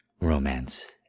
Romance